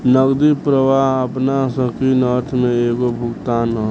नगदी प्रवाह आपना संकीर्ण अर्थ में एगो भुगतान ह